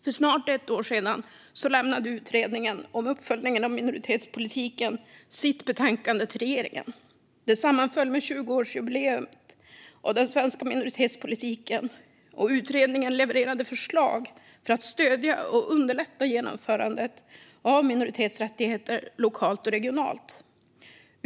För snart ett år sedan lämnade Utredningen om uppföljning av minoritetspolitiken sitt betänkande till regeringen. Det sammanföll med 20-årsjubileet av den svenska minoritetspolitiken, och utredningen levererade förslag för att stödja och underlätta genomförandet av minoritetsrättigheter lokalt och regionalt.